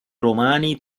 romani